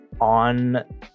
on